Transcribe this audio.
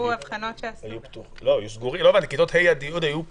אבחנות שעשינו --- כיתות ה' י' היו סגורות.